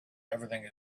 everything